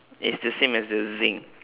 it's the same as the zinc